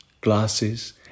glasses